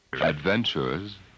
Adventures